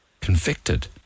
Convicted